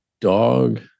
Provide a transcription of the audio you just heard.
Dog